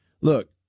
Look